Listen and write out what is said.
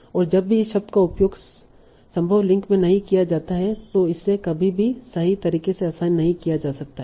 और जब भी इस शब्द का उपयोग संभव लिंक में नहीं किया जाता है तो इसे कभी भी सही तरीके से असाइन नहीं किया जा सकता है